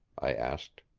i asked.